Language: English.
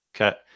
okay